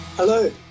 Hello